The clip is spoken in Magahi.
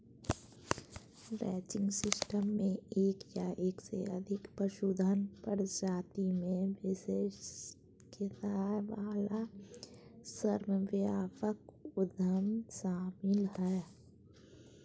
रैंचिंग सिस्टम मे एक या एक से अधिक पशुधन प्रजाति मे विशेषज्ञता वला श्रमव्यापक उद्यम शामिल हय